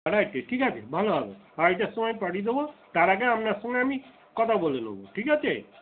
আড়াইটে ঠিক আছে ভালো হবে আড়াইটের সময় পাঠিয়ে দেবো তার আগে আপনার সঙ্গে আমি কথা বলে নেবো ঠিক আছে